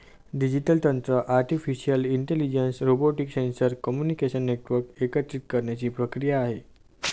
digital तंत्र artificial intelligence, robotics, sensor, communication network एकत्रित करण्याची प्रक्रिया आहे